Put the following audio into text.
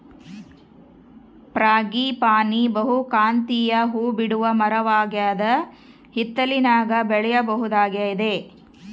frangipani ಬಹುಕಾಂತೀಯ ಹೂಬಿಡುವ ಮರವಾಗದ ಹಿತ್ತಲಿನಾಗ ಬೆಳೆಯಬಹುದಾಗಿದೆ